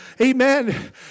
amen